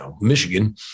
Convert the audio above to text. Michigan